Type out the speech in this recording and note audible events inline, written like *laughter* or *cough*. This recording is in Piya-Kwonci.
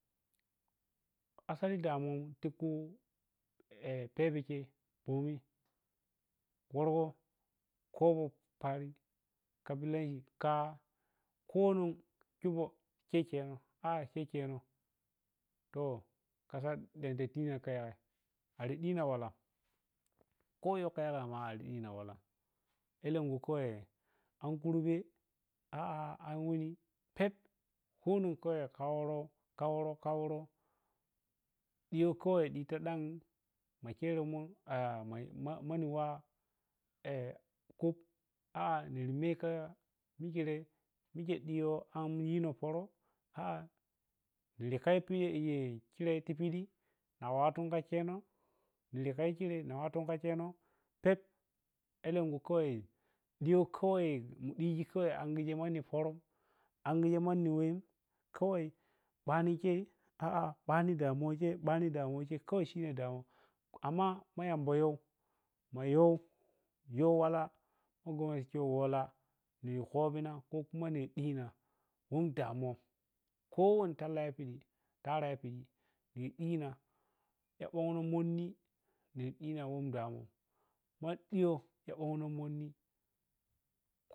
Asali damuwa ti khupebe *hesitation* pebe khei bomi wurɗo khobo paroh kabilanci kha khonon khe kheno a’a khe kheno to kasa da datti ne a kai ai ari ɗinan walam kho yo kha yagai ari ɗina walam alenkhu khawai an kurbe a’a an weni pep khuni kuwai kha woroh kha worah ɗiyo khawai difa dan ma kheromun salla mani wa *hesitation* kuɓ mikhe khine mine ɗiyo am yino pərə a’a likhapo yi ye kiye piɗi na wattu kha khenan likha ya yi ti piɗi na wattu kha kheno pep alenkhu khawai ɗiyo khawai diji khawai angigem manni pərə, angigeh manni weh kawai ɓano khei a’a b’eno damuwa khei shine damuwa. Amma ma yamba yoh, ma yoh, yoh walah ma gommo yoh wala miri khobinan kho kuma miri illinah don damuwam kho wani talla ya piɗi ntara ya piɗi niri illinah wauni monni ya ɗina ma ɗigo ta ɓonno manni.